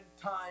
time